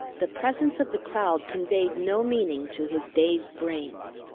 the presence of the crowd conveyed no meaning to his dazed brains.